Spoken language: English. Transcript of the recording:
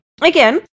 again